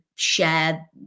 Share